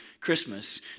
Christmas